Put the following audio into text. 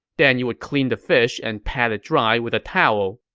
then you would clean the fish and pad it dry with a towel.